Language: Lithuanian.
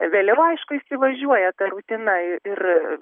vėliau aišku įsivažiuoja ta rutina ir